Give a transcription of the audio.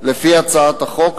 לפי הצעת החוק,